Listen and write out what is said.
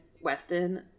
Weston